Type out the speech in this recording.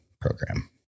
program